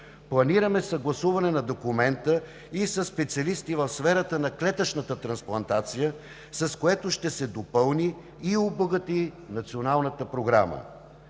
Планираме съгласуване на документа и със специалисти в сферата на клетъчната трансплантация, с което ще се допълни и обогати Националната програма.